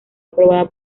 aprobada